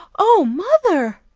oh, mother!